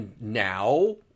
now